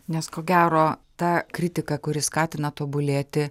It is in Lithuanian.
nes ko gero ta kritika kuri skatina tobulėti